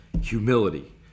humility